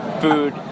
Food